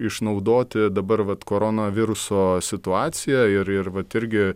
išnaudoti dabar vat koronaviruso situaciją ir ir vat irgi